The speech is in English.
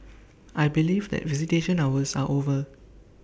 I believe that visitation hours are over